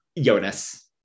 Jonas